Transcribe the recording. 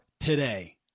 today